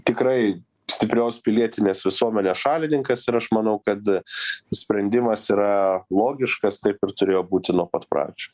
tikrai stiprios pilietinės visuomenės šalininkas ir aš manau kad sprendimas yra logiškas taip ir turėjo būti nuo pat pradžių